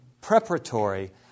preparatory